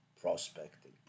prospecting